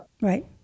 Right